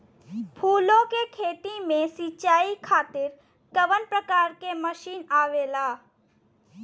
फूलो के खेती में सीचाई खातीर कवन प्रकार के मशीन आवेला?